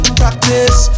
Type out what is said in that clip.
practice